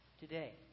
Today